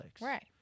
Right